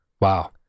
Wow